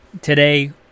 Today